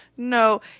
no